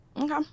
okay